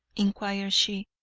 inquired she.